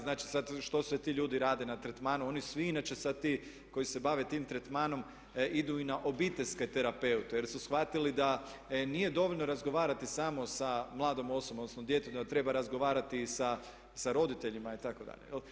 Znači sad što sve ti ljudi rade na tretmanu, oni svi inače sada ti koji se bave tim tretmanom idu i na obiteljske terapeute jer su shvatili da nije dovoljno razgovarati samo sa mladom osobom, odnosno djetetom, da treba razgovarati i sa roditeljima itd.